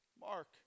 Mark